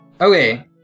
Okay